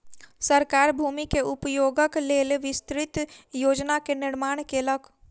सरकार भूमि के उपयोगक लेल विस्तृत योजना के निर्माण केलक